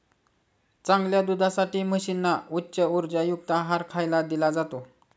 चांगल्या दुधासाठी म्हशींना उच्च उर्जायुक्त आहार खायला दिला जातो